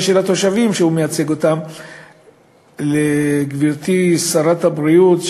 של התושבים שהוא מייצג לגברתי שרת הבריאות,